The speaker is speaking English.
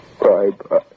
Bye-bye